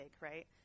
right